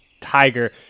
Tiger